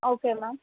okay ma'am